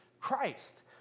Christ